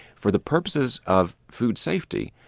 for the purposes of food safety,